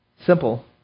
simple